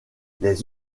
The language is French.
les